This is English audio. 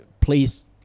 please